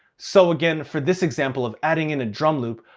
so again for this example of adding in a drum loop,